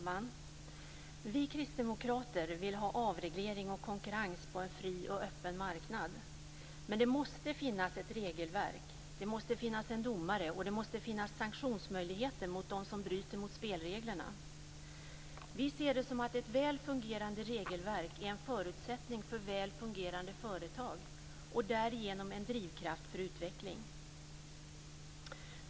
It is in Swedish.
Fru talman! Vi kristdemokrater vill ha avreglering och konkurrens på en fri och öppen marknad men det måste finnas ett regelverk. Det måste finnas en domare och det måste finnas sanktionsmöjligheter att tillgripa mot dem som bryter mot spelreglerna. Vi anser att ett väl fungerande regelverk är en förutsättning för väl fungerande företag och därigenom är en drivkraft för utveckling.